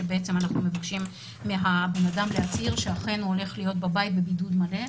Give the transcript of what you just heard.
כשאנחנו מבקשים מהבן אדם להצהיר שאכן הוא הולך להיות בבית בבידוד מלא,